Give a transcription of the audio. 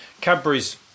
Cadbury's